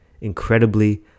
incredibly